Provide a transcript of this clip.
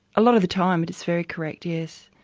a lot of the time it is very correct yes.